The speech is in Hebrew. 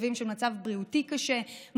מצבים של מצב בריאותי קשה,